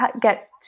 get